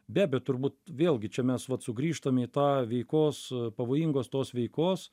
be abejo turbūt vėlgi čia mes vat sugrįžtam į tą veikos pavojingos tos veikos